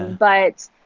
but,